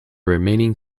remaining